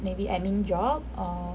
maybe admin job or